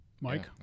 Mike